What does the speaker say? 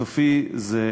סופי זה,